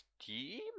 Steam